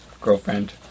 Girlfriend